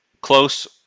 close